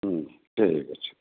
হ্যাঁ ঠিক আছে